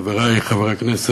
אדוני היושב-ראש, חברי חברי הכנסת,